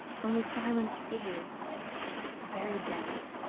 only silence is the very devil,